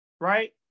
right